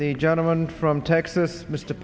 the gentleman from texas mr